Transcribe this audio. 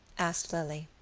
asked lily.